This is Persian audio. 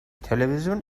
تلویزیون